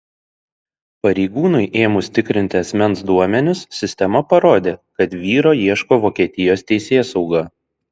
pareigūnui ėmus tikrinti asmens duomenis sistema parodė kad vyro ieško vokietijos teisėsauga